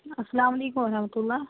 السلامُ علِیکُم وَ رحمتہ اللہ